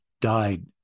died